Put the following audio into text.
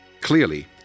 Clearly